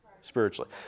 spiritually